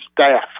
staff